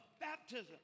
baptism